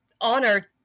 honor